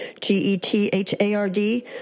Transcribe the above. G-E-T-H-A-R-D